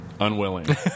unwilling